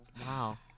Wow